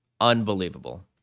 Unbelievable